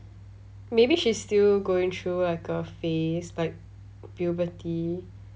maybe she's still going through like a phase like puberty